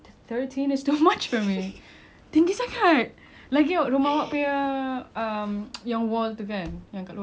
lagi rumah awak punya um yang wall tu kan yang kat luar rumah it's not like a sturdy one you know actually you know